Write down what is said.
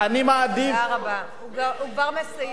תודה רבה, הוא כבר מסיים.